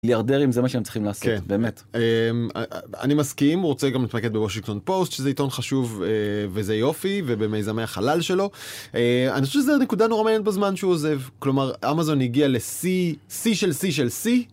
מיליארדרים זה מה שהם צריכים לעשות באמת אני מסכים רוצה גם להתמקד בוושינגטון פוסט שזה עיתון חשוב וזה יופי ובמיזמי החלל שלו. אני חושב שזה נקודה נורא מעניינת בזמן שהוא עוזב כלומר אמאזון הגיעה לשיא , שיא של שיא של שיא.